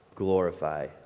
glorify